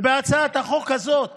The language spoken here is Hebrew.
ובהצעת החוק הזאת